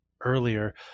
earlier